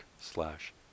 slash